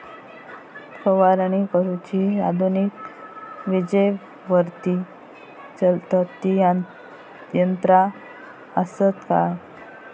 फवारणी करुची आधुनिक विजेवरती चलतत ती यंत्रा आसत काय?